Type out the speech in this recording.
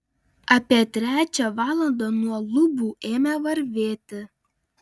apie trečią valandą nuo lubų ėmė varvėti